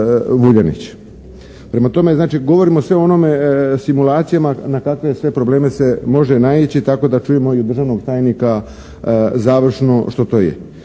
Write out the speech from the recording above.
Vuljanić. Prema tome, znači govorimo o svemu onome, simulacijama na kakve sve probleme se može naići tako da čujemo i državnog tajnika završno što to je.